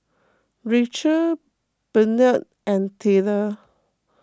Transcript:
Rachael Bennett and Tyler